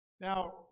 Now